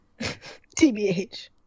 TBH